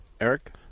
Eric